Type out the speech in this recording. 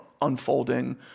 unfolding